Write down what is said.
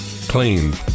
Clean